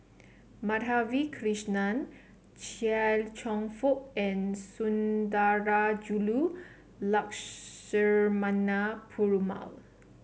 Madhavi Krishnan Chia Cheong Fook and Sundarajulu Lakshmana Perumal